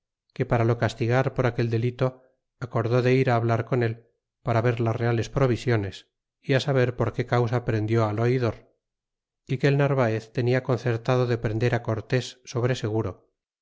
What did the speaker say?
que para lo castigar por aquel delito acordé de ir hablar con él para ver las reales provisiones é á saber por que causa prendió al oidor y que el narvaez tenia concertado de prender cortés sobre seguro